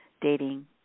dating